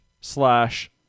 slash